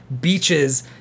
beaches